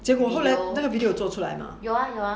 结果后来那个 video 有做出来 mah